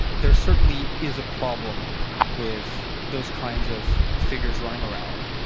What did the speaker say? there certainly is a problem with those kinds of figures running around,